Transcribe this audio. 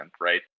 right